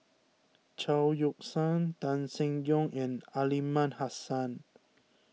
Chao Yoke San Tan Seng Yong and Aliman Hassan